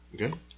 Okay